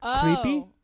Creepy